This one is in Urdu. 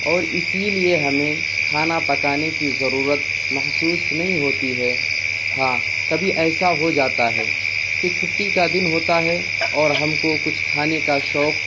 اور اسی لیے ہمیں کھانا پکانے کی ضرورت محسوس نہیں ہوتی ہے ہاں کبھی ایسا ہو جاتا ہے کہ چھٹی کا دن ہوتا ہے اور ہم کو کچھ کھانے کا شوق